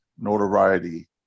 Notoriety